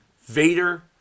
Vader